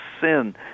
sin